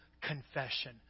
confession